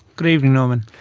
good evening norman.